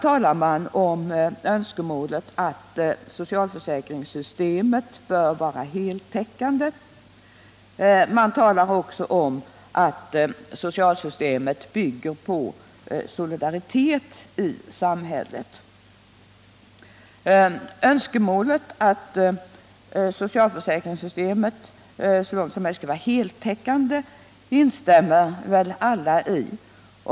a. talar man om önskemålet att socialförsäkringssystemet bör vara heltäckande. Man talar också om att socialförsäkringssystemet bygger på solidaritet i samhället. Önskemålet att socialförsäkringssystemet så långt möjligt skall vara heltäckande instämmer väl alla i.